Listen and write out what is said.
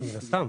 מן הסתם.